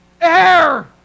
Air